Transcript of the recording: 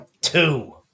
Two